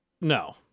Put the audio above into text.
no